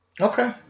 Okay